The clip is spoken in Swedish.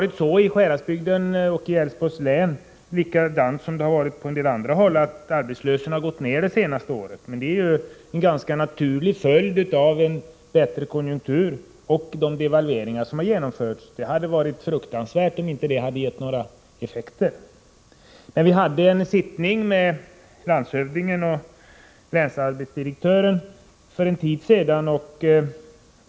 I Sjuhäradsbygden och i Älvsborgs län i övrigt, liksom på andra håll, har arbetslösheten gått ned det senaste året. Det är en ganska naturlig följd av en bättre konjunktur och de devalveringar som genomförts. Det hade varit fruktansvärt om inte de hade gett några effekter. Vi hade en sittning med landshövdingen och länsarbetsdirektören för en tid sedan.